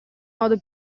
modo